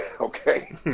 okay